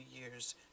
years